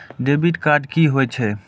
Debit card की होय छे?